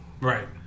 right